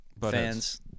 Fans